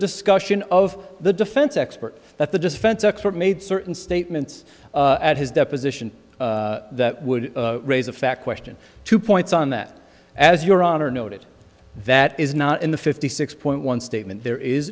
discussion of the defense expert that the defense expert made certain statements at his deposition that would raise a fact question two points on that as your honor noted that is not in the fifty six point one statement there is